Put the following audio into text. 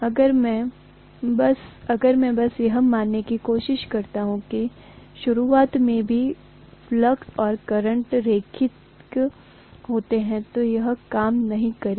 अगर मैं बस यह मानने की कोशिश करता हूं कि शुरुआत में भी फ्लक्स और करंट रैखिक होते हैं तो यह काम नहीं करेगा